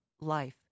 life